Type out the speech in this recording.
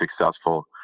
successful